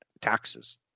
taxes